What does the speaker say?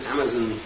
Amazon